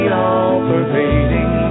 all-pervading